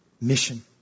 mission